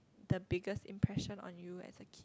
the biggest impression on you as a kid